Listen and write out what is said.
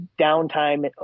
downtime